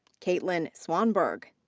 caitlin swanberg.